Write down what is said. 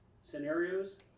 scenarios